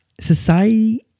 society